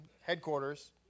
headquarters